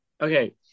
okay